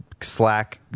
slack